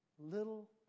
little